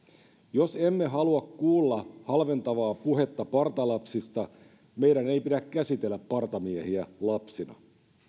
jos emme halua kuulla halventavaa puhetta partalapsista meidän ei pidä käsitellä partamiehiä lapsina